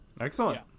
excellent